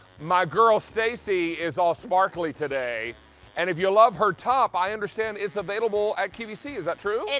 my girl stacy is all sparkly today and if you love her top, i understand it's available at qvc, is that true? and